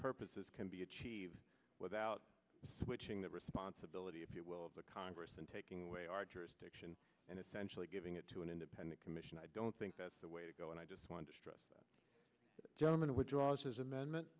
purposes can be achieved without switching the responsibility if you will of the congress in taking away our jurisdiction and essentially giving it to an independent commission i don't think that's the way to go and i just want to stress that gentleman withdraws his amendment